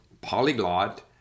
polyglot